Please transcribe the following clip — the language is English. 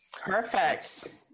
perfect